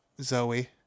Zoe